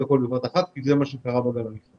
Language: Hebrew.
הכול בבת אחת כי זה מה שקרה בגל הראשון.